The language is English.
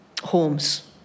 homes